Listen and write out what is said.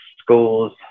schools